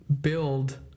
build